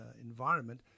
environment